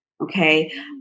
okay